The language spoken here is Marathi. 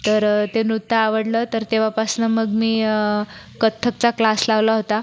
तर ते नृत्य आवडलं तर तेव्हापासनं मग मी कथ्थकचा क्लास लावला होता